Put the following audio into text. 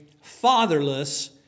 fatherless